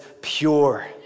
pure